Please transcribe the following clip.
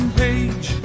page